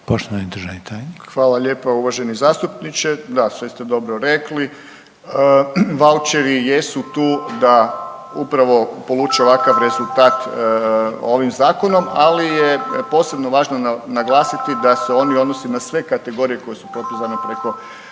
**Paljak, Tomislav** Hvala lijepa uvaženi zastupniče. Da, sve ste dobro rekli, vaučeri jesu tu da upravo poluče ovakav rezultat ovim zakonom, ali je posebno važno naglasiti da se oni odnosi na sve kategorije koje su popisane u